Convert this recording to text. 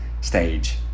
stage